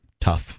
tough